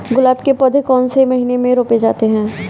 गुलाब के पौधे कौन से महीने में रोपे जाते हैं?